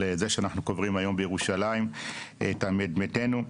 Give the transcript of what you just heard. זה שאנחנו קוברים היום בירושלים את מתינו.